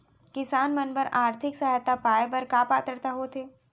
किसान मन बर आर्थिक सहायता पाय बर का पात्रता होथे?